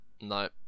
No